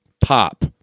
pop